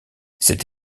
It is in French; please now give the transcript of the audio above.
cette